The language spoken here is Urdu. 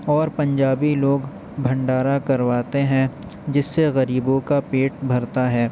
اور پنجابی لوگ بھنڈارا کرواتے ہیں جس سے غریبوں کا پیٹ بھرتا ہے